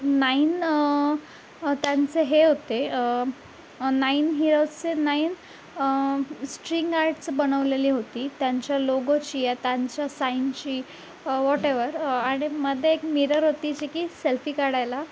nine त्यांचे हे होते नाईन हिरोजचे नाईन स्ट्रिंग आर्ट्स बनवलेली होती त्यांच्या लोगोची या त्यांच्या साईनची वॉटेवर आणि मध्ये एक मिरर होती जी की सेल्फी काढायला